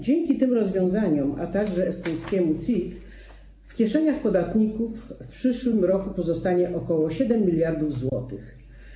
Dzięki tym rozwiązaniom, a także estońskiemu CIT w kieszeniach podatników w przyszłym roku pozostanie ok. 7 mld zł.